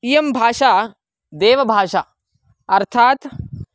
इयं भाषा देवभाषा अर्थात्